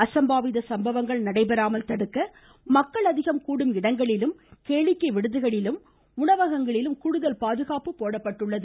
அசம்பாவித சம்பவங்கள் நடைபெறாமல் தடுக்க மக்கள் அதிகம் கூடும் இடங்களிலும் கேளிக்கை விடுதிகளிலும் உணவகங்களிலும் கூடுதல் பாதுகாப்பு போடப்பட்டுள்ளது